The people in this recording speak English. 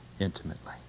intimately